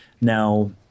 Now